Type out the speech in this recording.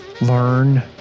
Learn